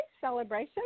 celebration